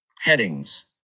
Headings